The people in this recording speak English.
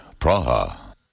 Praha